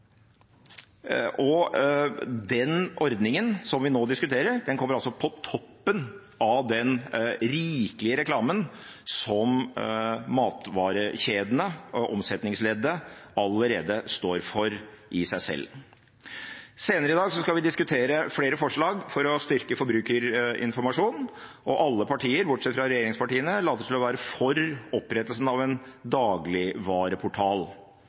Og den ordningen som vi nå diskuterer, kommer på toppen av den rikelige reklamen som matvarekjedene og omsetningsleddet allerede står for i seg selv. Senere i dag skal vi diskutere flere forslag for å styrke forbrukerinformasjonen, og alle partier bortsett fra regjeringspartiene later til å være for opprettelsen av en dagligvareportal.